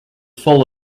full